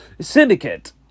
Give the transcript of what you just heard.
syndicate